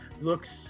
looks